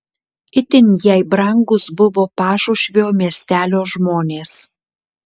itin jai brangūs buvo pašušvio miestelio žmonės